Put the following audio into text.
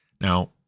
Now